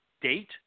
date